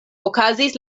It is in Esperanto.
okazis